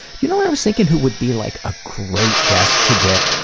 you know who i was thinking who would be like a great guest to get,